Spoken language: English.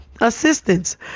assistance